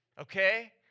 okay